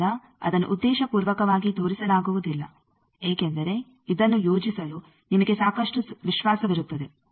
ಆದ್ದರಿಂದ ಅದನ್ನು ಉದ್ದೇಶಪೂರ್ವಕವಾಗಿ ತೋರಿಸಲಾಗುವುದಿಲ್ಲ ಏಕೆಂದರೆ ಇದನ್ನು ಯೋಜಿಸಲು ನಿಮಗೆ ಸಾಕಷ್ಟು ವಿಶ್ವಾಸವಿರುತ್ತದೆ